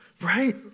right